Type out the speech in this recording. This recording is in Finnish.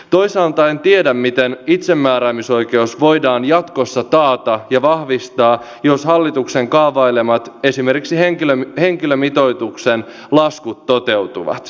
toisaalta en tiedä miten itsemääräämisoikeus voidaan jatkossa taata ja vahvistaa jos esimerkiksi hallituksen kaavailemat henkilömitoituksen laskut toteutuvat